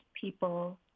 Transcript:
people